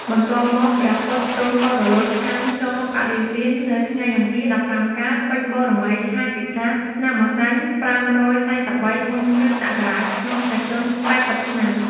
បន្ទាប់មកព្រះពុទ្ធទ្រង់ក៏រលត់ខន្ធចូលបរិនិព្វាននៅថ្ងៃអង្គារ ១៥កើត ពេញបូណ៌មី ខែពិសាខ ឆ្នាំម្សាញ់ ៥៤៣ មុនគ.ស ក្នុងព្រះជន្ម ៨០ ឆ្នាំ។